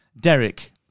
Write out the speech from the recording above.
Derek